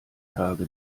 tage